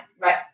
right